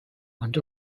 and